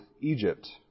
Egypt